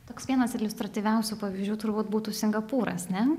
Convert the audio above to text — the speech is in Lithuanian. toks vienas iliustratyviausių pavyzdžių turbūt būtų singapūras ne